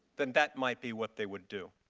that that might be what they would do.